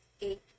Eight